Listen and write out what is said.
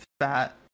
fat